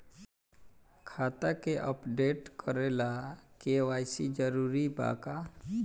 खाता के अपडेट करे ला के.वाइ.सी जरूरी बा का?